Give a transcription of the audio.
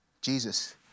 jesus